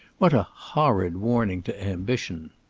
what a horrid warning to ambition!